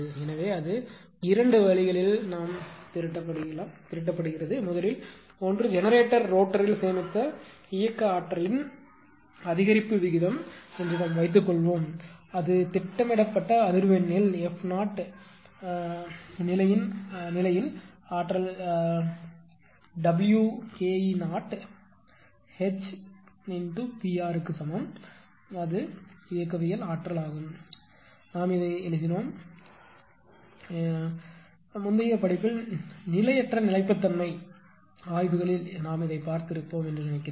எனவே அது 2 வழிகளில் திரட்டப்படுகிறது முதலில் 1 ஜெனரேட்டர் ரோட்டரில் சேமித்த இயக்க ஆற்றலின் அதிகரிப்பு விகிதம் என்று வைத்துக்கொள்வோம் அது திட்டமிடப்பட்ட அதிர்வெண்ணில் f 0 கடையின் ஆற்றல் Wke0 HPr க்கு சமம் அது இயக்கவியல் ஆற்றல் நாம் இதை எழுதினோம் என்று நீங்கள் வெளிப்படுத்தும்போது முந்தைய படிப்பில் நிலையற்ற நிலைத்தன்மை ஆய்வுகளில் இதை நாம் பார்த்திருப்போம் என்று நினைக்கிறேன்